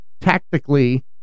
tactically